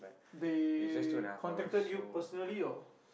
they contacted you personally or